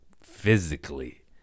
physically